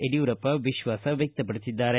ಯಡಿಯೂರಪ್ಪ ವಿಶ್ವಾಸ ವ್ಯಕ್ತಪಡಿಸಿದ್ದಾರೆ